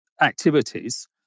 activities